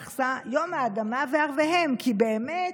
יום הנכסה, יום האדמה וערביהם, כי באמת,